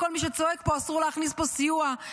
לכל מי שצועק פה: אסור להכניס פה סיוע,